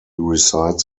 resides